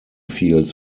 fields